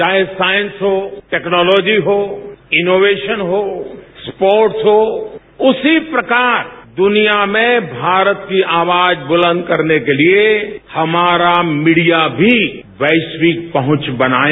चाहे साइंस हो टैक्नोलॉजी हो इनोवेशन हो स्पोर्ट्स हो उसी प्रकार दुनिया में भारत की आवाज बुलंद करने के लिए हमारा मीडिया भी वैश्यिक पहुंच बनाए